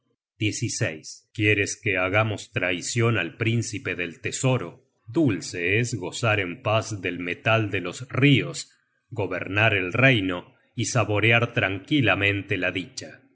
mujer quieres que hagamos traicion al príncipe del tesoro dulce es gozar en paz del metal de losrios gobernar el reino y saborear tranquilamente la dicha